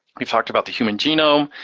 we've talked about the human genome,